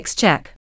check